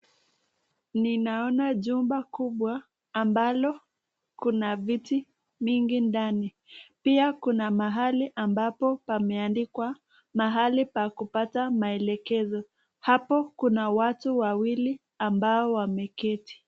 Ninaona jumba kubwa ambalo kuna viti mingi ndani. Pia kuna mahali ambapo pameandikwa pahali pa kubata maelekezo. Hapo kuna watu wawili ambao wameketi.